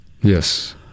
Yes